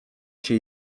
się